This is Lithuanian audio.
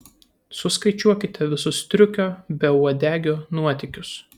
suskaičiuokite visus striukio beuodegio nuotykius